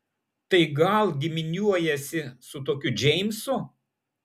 tai gal giminiuojiesi su tokiu džeimsu